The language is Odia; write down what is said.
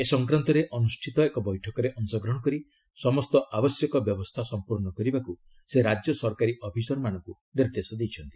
ଏ ସଂକ୍ରାନ୍ତରେ ଅନୁଷ୍ଠିତ ଏକ ବୈଠକରେ ଅଂଶଗ୍ରହଣ କରି ସମସ୍ତ ଆବଶ୍ୟକ ବ୍ୟବସ୍ଥା ସମ୍ପୂର୍ଣ୍ଣ କରିବାକୁ ସେ ରାଜ୍ୟ ସରକାରୀ ଅଫିସରମାନଙ୍କୁ ନିର୍ଦ୍ଦେଶ ଦେଇଛନ୍ତି